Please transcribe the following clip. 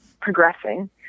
progressing